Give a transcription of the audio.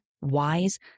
wise